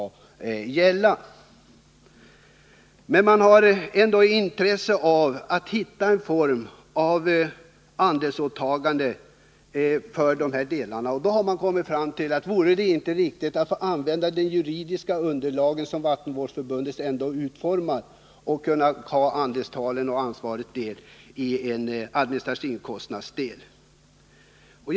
Men man har ändå intresse av att hitta en form av andelsåtagande, och då har man frågat sig: Kunde man inte använda formen vattenvårdsförbund och låta detta svara för de administrativa kostnaderna?